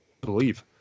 believe